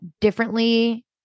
differently